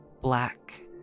black